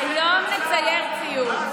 היום נצייר ציור.